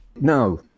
No